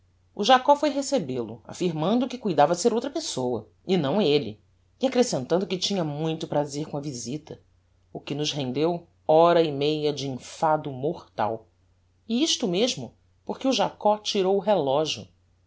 o jacob foi recebel-o affirmando que cuidava ser outra pessoa e não elle e accrescentando que tinha muito prazer com a visita o que nos rendeu hora e meia de enfado mortal e isto mesmo porque o jacob tirou o relogio